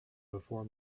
before